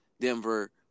Denver